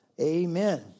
Amen